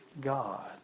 God